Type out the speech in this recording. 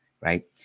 right